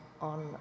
on